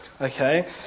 Okay